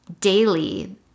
daily